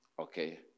okay